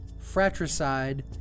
fratricide